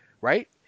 Right